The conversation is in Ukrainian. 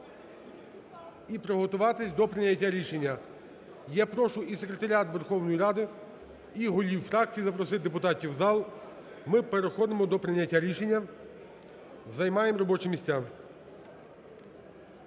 і приготуватися до прийняття рішення. Я прошу і секретаріат Верховної Ради, і голів фракцій запросити депутатів в зал. Ми переходимо до прийняття рішення, займаємо робочі місця.